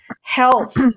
health